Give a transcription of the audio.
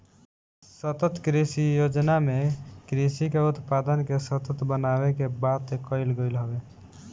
सतत कृषि योजना में कृषि के उत्पादन के सतत बनावे के बात कईल गईल हवे